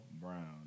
Brown